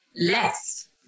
less